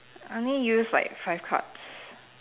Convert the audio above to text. I only used like five cards